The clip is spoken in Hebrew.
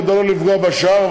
כדי לא לפגוע בשאר,